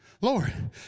Lord